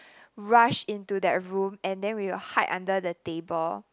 rush into that room and then we would hide under the table